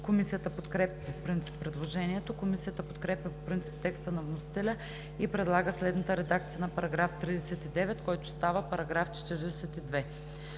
Комисията подкрепя по принцип предложението. Комисията подкрепя по принцип текста на вносителя и предлага следната редакция на § 39, който става § 42: „§ 42.